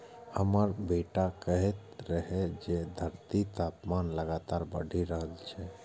हमर बेटा कहैत रहै जे धरतीक तापमान लगातार बढ़ि रहल छै